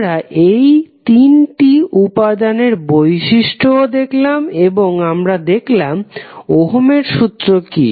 আমরা এই তিনটি উপাদানের বৈশিষ্ট্য ও দেখলাম এবং দেখলাম ওহমের সূত্র কি